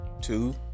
two